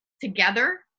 together